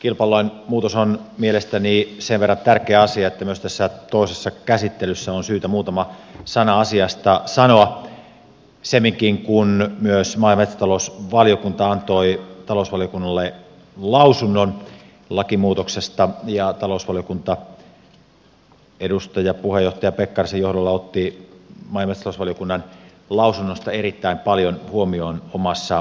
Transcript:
kilpailulain muutos on mielestäni sen verran tärkeä asia että myös tässä toisessa käsittelyssä on syytä muutama sana asiasta sanoa semminkin kun myös maa ja metsätalousvaliokunta antoi talousvaliokunnalle lausunnon lakimuutoksesta ja talousvaliokunta edustaja puheenjohtaja pekkarisen johdolla otti maa ja metsätalousvaliokunnan lausunnosta erittäin paljon huomioon omassa mietintötekstissään